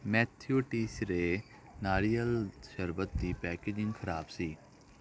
Matthew ਟੀਸੀਰੇ ਨਾਰੀਅਲ ਸ਼ਰਬਤ ਦੀ ਪੈਕੇਜਿੰਗ ਖ਼ਰਾਬ ਸੀ